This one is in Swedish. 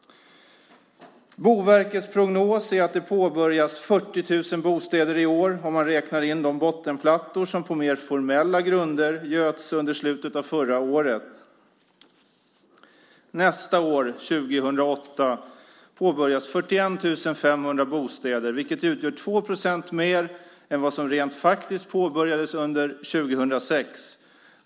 Boverkets prognos är att det påbörjas 40 000 bostäder i år, om man räknar in de bottenplattor som på mer formella grunder göts under slutet av förra året. Nästa år, 2008, påbörjas 41 500 bostäder, vilket utgör 2 procent mer än vad som rent faktiskt påbörjades under 2006.